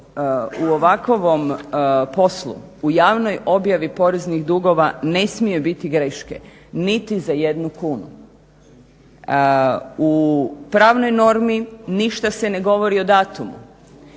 u ovakvom poslu, u javnoj objavi poreznih dugova ne smije biti greške, niti za jednu kunu. U pravnoj normi ništa se ne govori o datumu